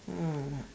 ah